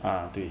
ah 对